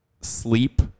sleep